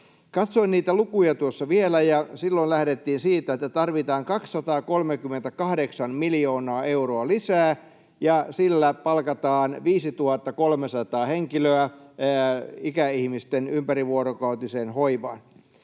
Katsoin niitä lukuja tuossa vielä, ja silloin lähdettiin siitä, että tarvitaan 238 miljoonaa euroa lisää ja sillä palkataan 5 300 henkilöä ikäihmisten ympärivuorokautiseen hoivaan.